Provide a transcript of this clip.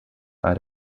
are